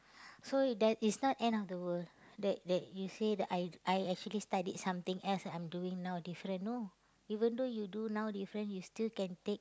so that is not end of the world that that you say that I I actually studied something else I'm doing now different no even though you do now different you still can take